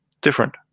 different